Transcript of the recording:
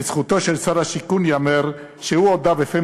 לזכותו של שר השיכון ייאמר שהוא הודה בפה